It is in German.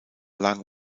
lang